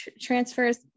transfers